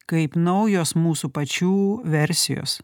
kaip naujos mūsų pačių versijos